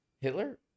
Hitler